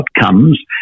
outcomes